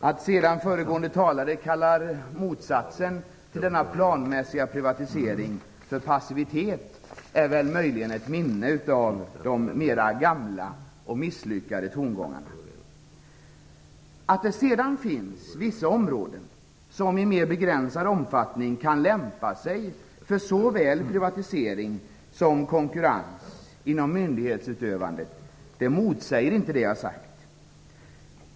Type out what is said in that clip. Att sedan föregående talare kallar motsatsen till denna planmässiga privatisering för passivitet är möjligen ett minne av de gamla och misslyckade tongångarna. Att det sedan finns vissa områden inom myndighetsutövandet som i begränsad omfattning kan lämpa sig för såväl privatisering som konkurrens motsäger inte det jag sagt.